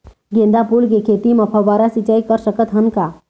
गेंदा फूल के खेती म फव्वारा सिचाई कर सकत हन का?